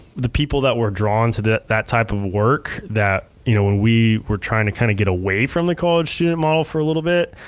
the people that were drawn to that type of work that, you know when we were trying to kind of get away from the college student model for a little bit,